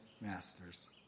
master's